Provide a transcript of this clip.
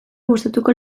gustatuko